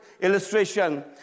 illustration